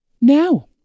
Now